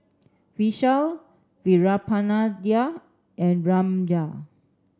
Vishal Veerapandiya and Ramnath